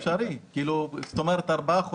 זה אפשרי, כלומר ארבעה חודשים,